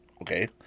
okay